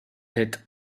est